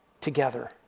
together